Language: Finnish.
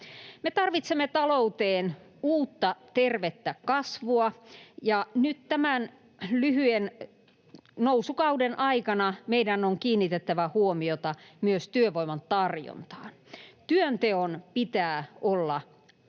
Tarvitsemme talouteen uutta, tervettä kasvua, ja nyt tämän lyhyen nousukauden aikana meidän on kiinnitettävä huomiota myös työvoiman tarjontaan. Työnteon pitää olla aina